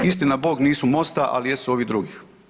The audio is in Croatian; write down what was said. Istina Bog nisu MOST-a, ali jesu ovih drugih.